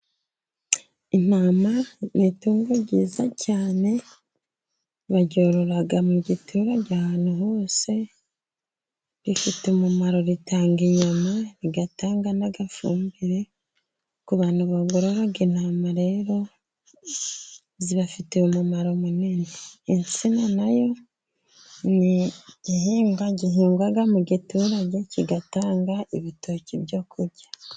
Intama ni itumva ryiza cyane, baryorora mu giturage ahantu hose, rifite umumaro, ritanga inyama, rigatanga n'agafumbire, ku bantu borora intama rero zibafitiye umumaro munini. Insina na yo ni igihingwa gihingwa mu giturage, kigatanga ibitoki byo kurya.